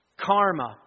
karma